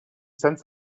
sent